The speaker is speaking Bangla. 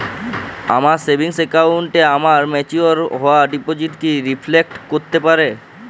আমার সেভিংস অ্যাকাউন্টে আমার ম্যাচিওর হওয়া ডিপোজিট কি রিফ্লেক্ট করতে পারে?